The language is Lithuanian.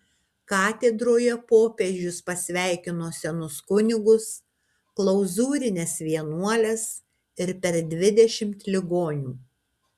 katedroje popiežius pasveikino senus kunigus klauzūrines vienuoles ir per dvidešimt ligonių